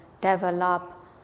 develop